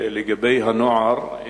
לגבי הנוער,